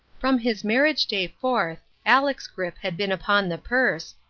from his marriage-day forth, aleck's grip had been upon the purse,